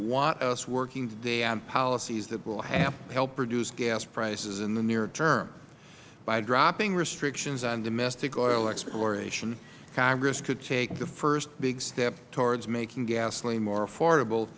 want us working today on policies that will help reduce gas prices in the near term by dropping restrictions on domestic oil exploration congress could take the first big step towards making gasoline more affordable